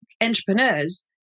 entrepreneurs